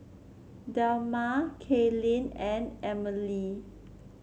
Delmar Kaylyn and Emelie